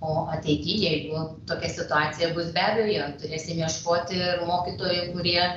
o ateityj jeigu tokia situacija bus be abejo turėsim ieškoti ir mokytojų kurie